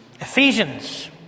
Ephesians